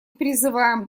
призываем